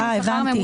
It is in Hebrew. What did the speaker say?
אה, הבנתי.